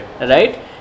right